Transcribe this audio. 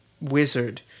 wizard